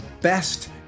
best